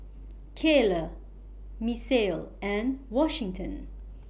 Cayla Misael and Washington